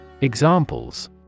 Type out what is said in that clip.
Examples